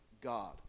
God